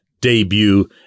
debut